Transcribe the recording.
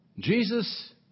Jesus